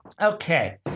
Okay